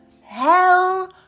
Hell